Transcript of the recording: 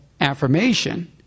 affirmation